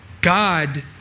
God